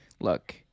look